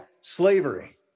slavery